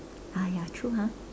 ah ya true ah